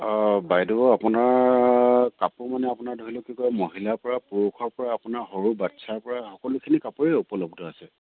অঁ বাইদেউ আপোনাৰ কাপোৰ মানে আপোনাৰ ধৰি লওক কি কয় মহিলাৰ পৰা পুৰুষৰ পৰা আপোনাৰ সৰু বাচ্ছাৰ পৰা সকলোখিনি কাপোৰেই উপলব্ধ আছে